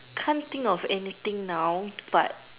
can't think of anything now but